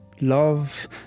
love